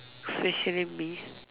especially me